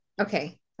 okay